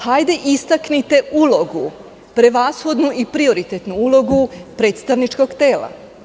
Hajde, istaknite ulogu, prevashodno i prioritetnu ulogu predstavničkog tela.